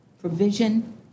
provision